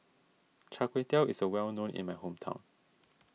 Char Kway Teow is a well known in my hometown